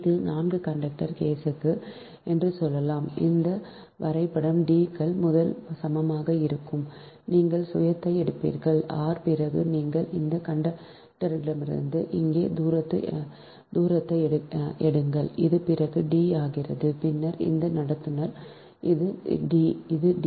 இது 4 கண்டக்டர் கேஸுக்கு D என்று சொல்லுங்கள் இந்த வரைபடம் D கள் முதலில் சமமாக இருக்கும் நீங்கள் ஒரு சுயத்தை எடுப்பீர்கள் r பிறகு நீங்கள் இந்த கண்டக்டரிலிருந்து இங்கே தூரத்தை எடுங்கள் அது பிறகு D ஆகிறது பின்னர் இந்த கண்டக்டர் இது d இது d